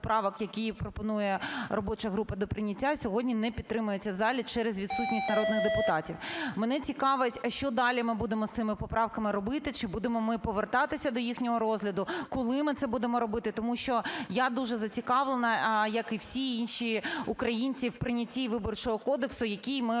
які пропонує робоча група до прийняття, сьогодні не підтримується в залі через відсутність народних депутатів. Мене цікавить, що далі ми будемо з цими поправками роботи, чи будемо ми повертатися до їхнього розгляду, коли ми це будемо робити. Тому що я дуже зацікавлена, як і всі інші українці, в прийнятті Виборчого кодексу, який ми